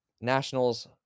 nationals